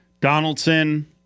Donaldson